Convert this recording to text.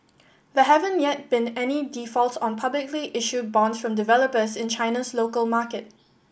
there haven't yet been any defaults on publicly issued bonds from developers in China's local market